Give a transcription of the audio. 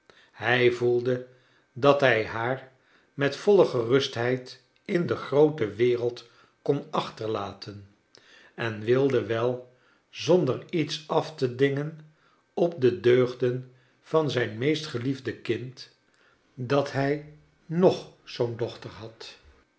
hij voelde dat hij haar met voile gerustheid in de groote wereld kon achterlaten en wilde wel zonder iets af te dingen op de deugden van zijn meest geliefde kind dat hij nog zoo'n dochter had